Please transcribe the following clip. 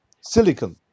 silicon